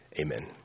amen